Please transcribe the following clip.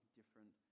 different